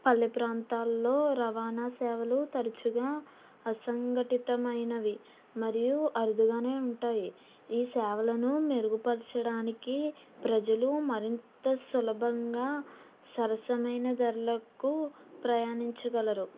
పల్లె ప్రాంతాల్లో రవాణా సేవలు తరచుగా అసంఘటితమైనవి మరియు అరుదుగానే ఉంటాయి ఈ సేవలను మెరుగుపరచడానికి ప్రజలు మరింత సులభంగా సరసమైన ధరలకు ప్రయాణించగలరు